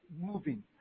moving